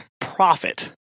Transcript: profit